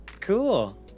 Cool